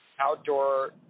outdoor